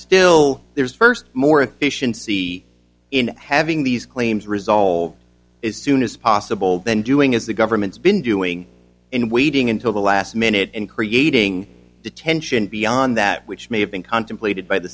still there's first more efficiency in having these claims resolved as soon as possible then doing as the government's been doing and waiting until the last minute and creating detention beyond that which may have been contemplated by the